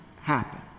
happen